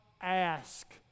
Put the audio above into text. ask